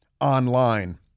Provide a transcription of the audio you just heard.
online